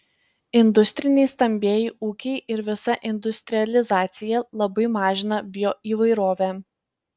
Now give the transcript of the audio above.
industriniai stambieji ūkiai ir visa industrializacija labai mažina bioįvairovę